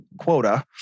quota